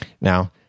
Now